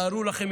תארו לכם,